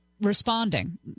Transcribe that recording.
responding